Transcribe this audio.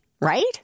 right